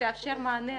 תפתח מסגרת שתאפשר מתאים